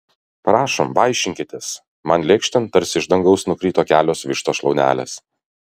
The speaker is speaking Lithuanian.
prašom vaišinkitės man lėkštėn tarsi iš dangaus nukrito kelios vištos šlaunelės